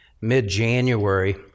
mid-January